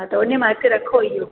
हा त उनमां हिकु रखो इहो